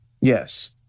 Yes